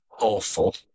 awful